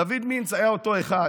דוד מינץ היה אותו אחד